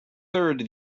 third